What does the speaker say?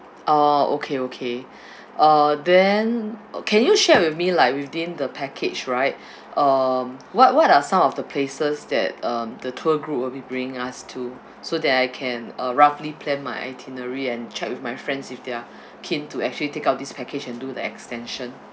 orh okay okay uh then uh can you share with me like within the package right um what what are some of the places that um the tour group will be bringing us to so that I can uh roughly plan my itinerary and check with my friends if they are keen to actually take up this package and do the extension